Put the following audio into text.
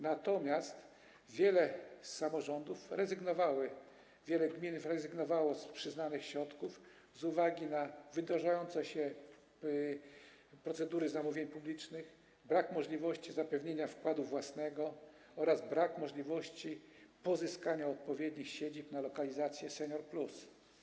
Natomiast wiele samorządów rezygnowało, wiele gmin rezygnowało z przyznanych środków z uwagi na wydłużające się procedury w zakresie zamówień publicznych, brak możliwości zapewnienia wkładu własnego oraz brak możliwości pozyskania odpowiednich siedzib na lokalizację Senior+.